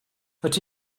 that